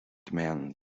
demand